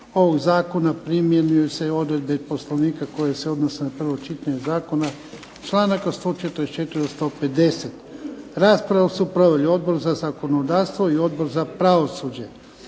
ovog zakona primjenjuju se odredbe Poslovnika koje se odnose na prvo čitanje zakona članak od 144. do 150. Raspravu su proveli Odbor za zakonodavstvo i Odbor za pravosuđe.